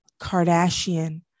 Kardashian